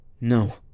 No